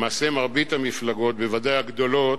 למעשה, מרבית המפלגות, בוודאי המפלגות הגדולות,